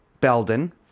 Belden